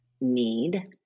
need